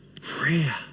prayer